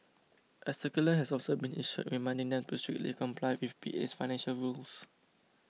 a circular has also been issued reminding them to strictly comply with P A's financial rules